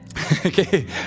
okay